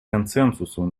консенсусу